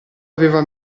aveva